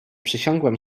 przysiągłem